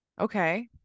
Okay